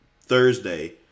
Thursday